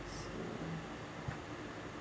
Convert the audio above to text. so